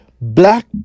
Black